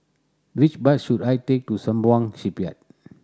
which bus should I take to Sembawang Shipyard